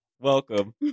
Welcome